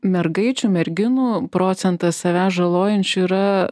mergaičių merginų procentas save žalojančių yra